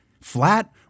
flat